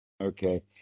Okay